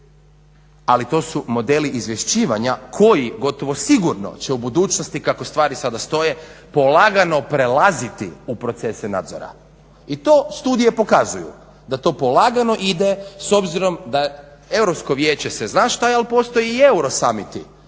Ali to su modeli izvješćivanja koji gotovo sigurno će u budućnosti kako sada stvari stoje polagano prelaziti u procese nadzora i to studije pokazuju, da to polagano ide s obzirom da Europsko vijeće se zna šta je, ali postoje i